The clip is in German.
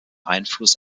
einfluss